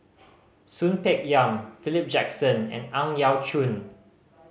Soon Peng Yam Philip Jackson and Ang Yau Choon